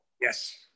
Yes